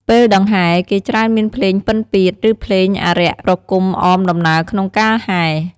ពេលដង្ហែ គេច្រើនមានភ្លេងពិណពាទ្យ ឬភ្លេងអារក្សប្រគំអមដំណើរក្នុងការហែរ។